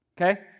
Okay